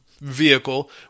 vehicle